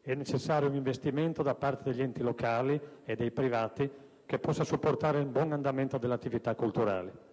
È necessario un investimento da parte degli enti locali e dei privati che possa supportare il buon andamento dell'attività culturale.